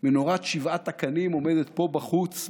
מנורת שבעת הקנים עומדת פה בחוץ,